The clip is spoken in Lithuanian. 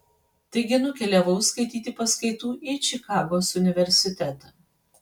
taigi nukeliavau skaityti paskaitų į čikagos universitetą